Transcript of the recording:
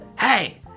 hey